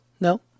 No